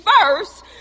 first